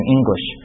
English